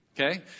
Okay